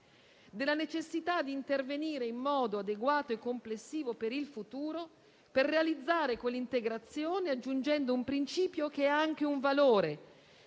la necessità di intervenire in modo adeguato e complessivo per il futuro, per realizzare quell'integrazione, aggiungendo un principio che è anche un valore